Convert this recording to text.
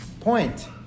point